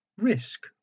Risk